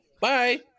bye